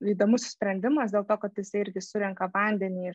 įdomus sprendimas dėl to kad jisai irgi surenka vandenį ir